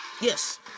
Yes